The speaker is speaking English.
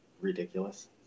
ridiculous